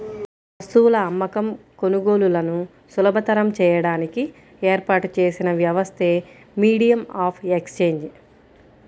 వస్తువుల అమ్మకం, కొనుగోలులను సులభతరం చేయడానికి ఏర్పాటు చేసిన వ్యవస్థే మీడియం ఆఫ్ ఎక్సేంజ్